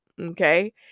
okay